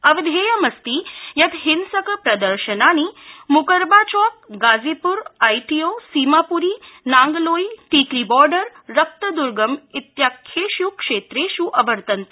अवधेयं अस्ति यत् हिंसक प्रदर्शनानि Mukarba Chowk Ghazipur I T O Seemapuri Nangloi Tikri border रक्तद्वर्ग इत्याख्येष् क्षेत्रेष् अवर्तन्त